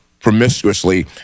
promiscuously